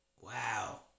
Wow